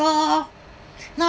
not